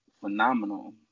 phenomenal